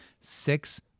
six